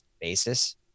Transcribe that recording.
basis